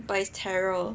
but is terror